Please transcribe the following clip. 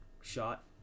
shot